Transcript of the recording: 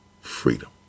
Freedom